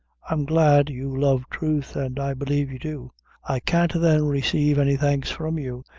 i'm glad you love truth, and i believe you do i can't, then, resave any thanks from you,